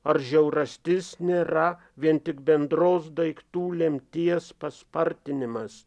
ar žiaurastis nėra vien tik bendros daiktų lemties paspartinimas